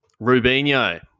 Rubinho